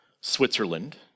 Switzerland